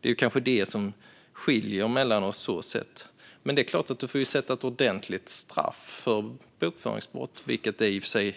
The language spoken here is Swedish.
Det är kanske det som skiljer mellan oss, så sett. Men det är klart att man får sätta ett ordentligt straff för bokföringsstraff. Det är i och för sig